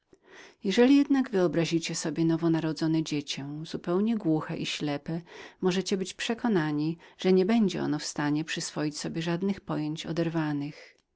jeżeli jednak wyobrazicie sobie nowonarodzone dziecię zupełnie ociemniałe i głuchonieme możecie być przekonani że nigdy nie będzie ono zdolnem do pojmowania żadnych pojęć oderwanych